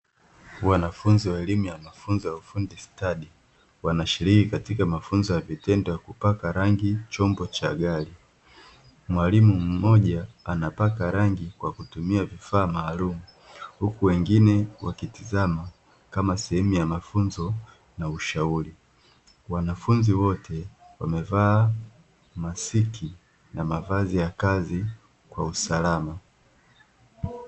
Wanafunzi wa elimu ya mafunzo ya ufundi stadi wanashiriki katika mafunzo ya vitendo ya kupaka rangi chombo cha gari. Mwalimu mmoja anapaka rangi kwa kutumia vifaa maalum huku wengine wakitazama kama sehemu ya mafunzo na ushauri. Wanafunzi wote wamevaa maski na mavazi ya kazi kwa usalama.